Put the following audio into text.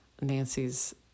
Nancy's